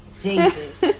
Jesus